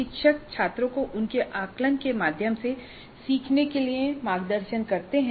शिक्षक छात्रों को उनके आकलन के माध्यम से सीखने के लिए मार्गदर्शन करते हैं